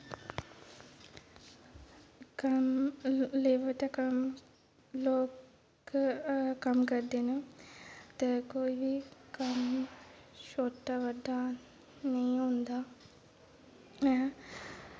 कम्म लेबर दा कम्म लोक कम्म करदे न ते कोई बी कम्म छोटा बड्डा नेईं होंदा ऐ